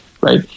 right